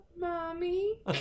Mommy